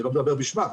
אני לא מדבר בשמה,